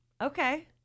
Okay